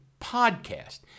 podcast